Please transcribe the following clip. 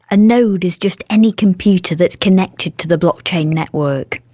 a node is just any computer that's connected to the blockchain network.